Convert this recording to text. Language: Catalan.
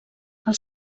els